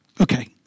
Okay